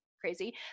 crazy